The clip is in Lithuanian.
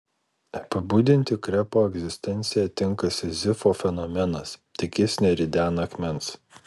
apibūdinti krepo egzistenciją tinka sizifo fenomenas tik jis neridena akmens